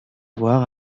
voir